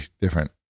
different